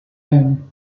own